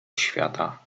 świata